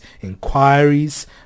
inquiries